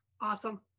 Awesome